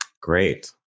Great